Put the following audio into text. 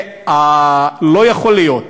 לא יכול להיות,